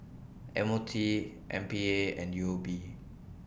M O T M P A and U O B